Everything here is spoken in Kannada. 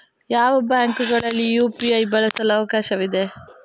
ಯಾವ ಬ್ಯಾಂಕುಗಳಲ್ಲಿ ಯು.ಪಿ.ಐ ಬಳಸಲು ಅವಕಾಶವಿದೆ?